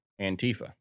Antifa